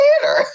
theater